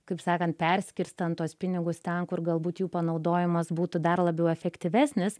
kaip sakant perskirstant tuos pinigus ten kur galbūt jų panaudojimas būtų dar labiau efektyvesnis